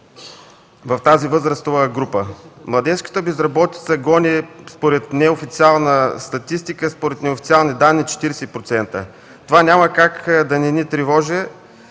в тази възрастова група. Младежката безработица гони, според неофициална статистика, според неофициални данни – 40%. Това няма как да не ни тревожи